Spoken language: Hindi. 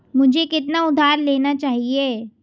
मुझे कितना उधार लेना चाहिए?